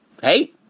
Hey